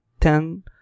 ten